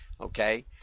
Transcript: Okay